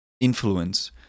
influence